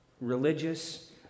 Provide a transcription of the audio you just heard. religious